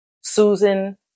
Susan